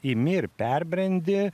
imi ir perbrendi